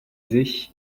sich